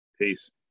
peace